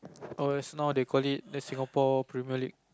oh yes now they call it the Singapore-Premier-League